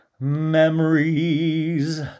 Memories